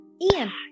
Ian